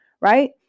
Right